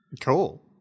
cool